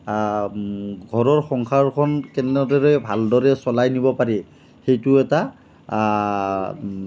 ঘৰৰ সংসাৰখন কেনেদৰে ভালদৰে চলাই নিব পাৰি সেইটো এটা